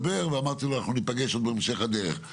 משהו ואמרתי לו שאנחנו עוד ניפגש בהמשך הדרך.